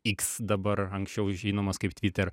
iks dabar anksčiau žinomas kaip twitter